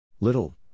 Little